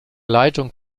leitung